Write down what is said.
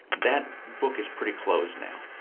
that book is pretty closed now,